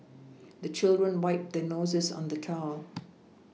the children wipe their noses on the towel